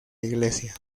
iglesia